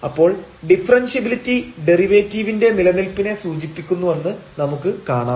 അപ്പോൾ ഡിഫറെൻഷ്യബിലിറ്റി ഡെറിവേറ്റീവിന്റെ നിലനിൽപ്പിനെ സൂചിപ്പിക്കുന്നുവെന്ന് നമുക്ക് കാണാം